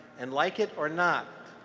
and like it or not,